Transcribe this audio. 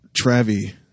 Travi